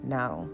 now